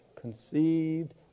conceived